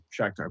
shaktar